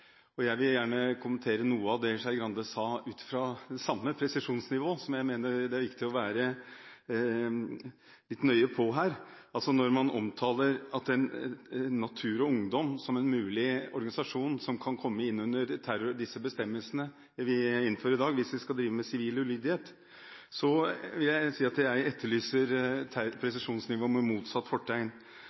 lovbestemmelsene. Jeg vil gjerne kommentere noe av det Skei Grande sa, med tanke på det samme presisjonsnivået. Jeg mener også det er viktig at vi er nøye her. Når man omtaler Natur og Ungdom som en organisasjon som muligvis skal komme innunder de terrorbestemmelsene vi innfører i dag, når de bedriver sivil ulydighet, vil jeg etterlyse et presisjonsnivå – med motsatt fortegn.